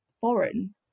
foreign